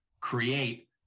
create